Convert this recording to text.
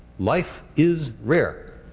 life is rare.